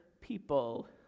people